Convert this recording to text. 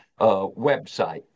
website